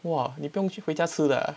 !wah! 你不用去回家吃的 ah